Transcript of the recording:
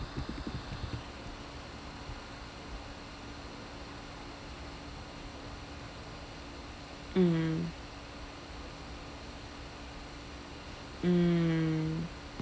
mm mm